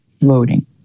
voting